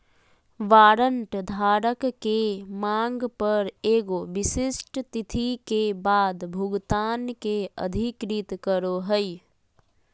warrant धारक के मांग पर एगो विशिष्ट तिथि के बाद भुगतान के अधिकृत करो हइ